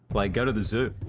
like, go to the zoo.